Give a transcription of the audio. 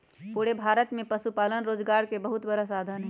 पूरे भारत में पशुपालन रोजगार के बहुत बड़ा साधन हई